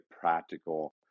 practical